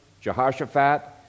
Jehoshaphat